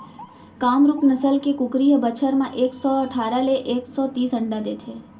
कामरूप नसल के कुकरी ह बछर म एक सौ अठारा ले एक सौ तीस अंडा देथे